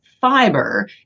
fiber